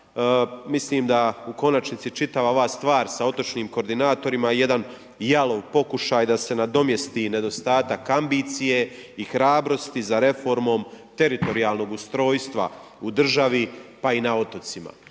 Mislim da u konačnici čitava ova stvar sa otočnim koordinatorima je jedan jalov pokušaj da se nadomjesti nedostatak ambicije i hrabrosti za reformom teritorijalnog ustrojstva u državi pa i na otocima.